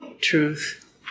truth